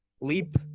leap